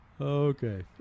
Okay